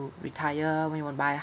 retired when you want to buy